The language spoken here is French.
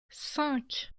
cinq